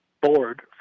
board